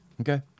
Okay